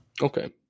Okay